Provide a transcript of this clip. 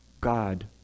God